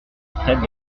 traite